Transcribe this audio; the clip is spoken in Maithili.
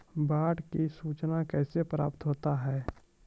बाढ की सुचना कैसे प्राप्त होता हैं?